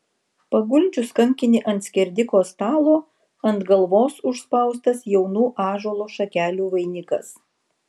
paguldžius kankinį ant skerdiko stalo ant galvos užspaustas jaunų ąžuolo šakelių vainikas